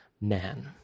man